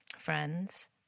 friends